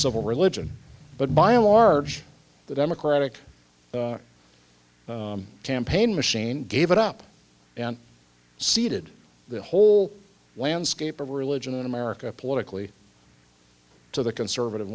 civil religion but by and large the democratic campaign machine gave it up and ceded the whole landscape of religion in america politically to the conservative